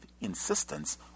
insistence